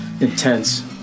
intense